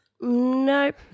Nope